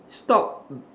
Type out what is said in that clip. stop